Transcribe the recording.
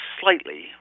slightly